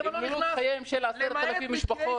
מיררו את חייהן של 10,000 משפחות.